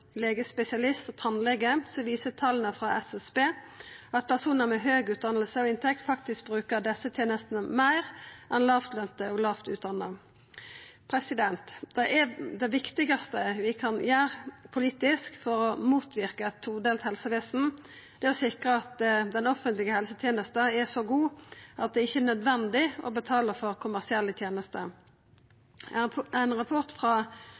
legespesialist og tannlege, viser tala frå SSB at personar med høg utdanning bruker desse tenestene meir enn lågtlønte og lågt utdanna. Det viktigaste vi kan gjera politisk for å motverka eit todelt helsevesen, er å sikra at den offentlege helsetenesta er så god at det ikkje er nødvendig å betala for kommersielle tenester. Ein rapport